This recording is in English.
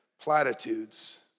platitudes